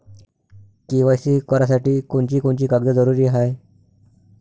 KYC करासाठी कोनची कोनची कागद जरुरी हाय?